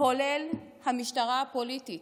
כולל המשטרה הפוליטית,